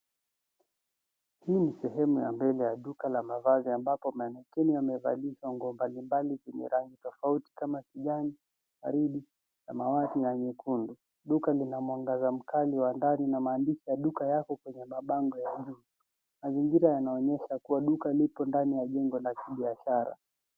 Hii ni sehemu ya mbele ya duka la mavazi ambapo manequinn amevalishwa nguo mbalimbali zenye rangi tofauti kama kijani, waridi, samawati na nyekundu. Duka lina mwangaza mkali wa ndani na maandishi ya duka yapo kwenye mabango ya juu. Mazingira yanaonyesha kuwa duka lipo ndani ya jengo la kibiashara.